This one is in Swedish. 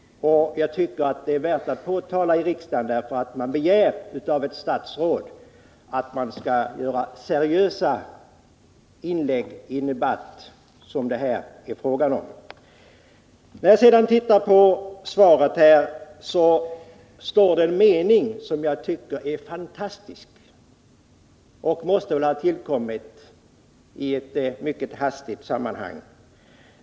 Jag tycker det är värt att påtala detta i riksdagen därför att man begär av ett statsråd att han skall göra Nr 126 seriösa inlägg i en sådan debatt som det här är fråga om. Tisdagen den Vidare innehåller svaret en mening som jag tycker är fantastisk. Den måste 22 april 1980 väl ha tillkommit i ett mycket hastigt sammanhang?